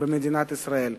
במדינת ישראל.